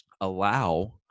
allow